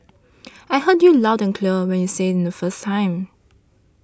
I heard you loud and clear when you said it the first time